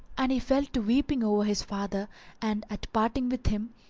and he fell to weeping over his father and at parting with him,